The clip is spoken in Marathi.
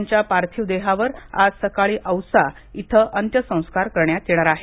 त्यांच्या पार्थिव देहावर आज सकाळी औसा इथ अंत्यसंस्कार करण्यात येणार आहेत